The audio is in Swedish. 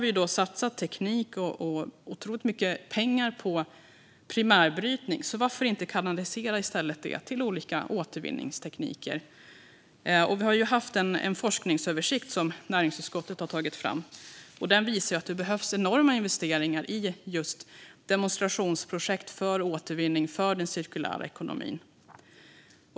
Vi har satsat teknik och otroligt mycket pengar på primärbrytning. Varför inte kanalisera det till olika återvinningstekniker i stället? En forskningsöversikt som näringsutskottet tagit fram visar att det behövs enorma investeringar i demonstrationsprojekt för återvinning och den cirkulära ekonomin.